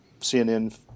CNN